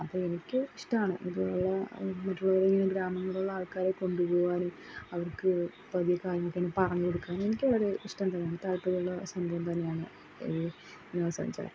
അപ്പം എനിക്ക് ഇഷ്ടമാണ് ഇതുപോലുള്ള മറ്റുള്ളവരെ ഗ്രാമങ്ങളിലുള്ള ആൾക്കാരെ കൊണ്ടുപോകാനും അവർക്ക് പതിയെ കാര്യങ്ങളൊക്കെയൊന്ന് പറഞ്ഞ് കൊടുക്കാനും എനിക്ക് വളരെ ഇഷ്ടം തോന്നി താല്പര്യമുള്ള സംഭവം തന്നെയാണ് ഈ വിനോദ സഞ്ചാരം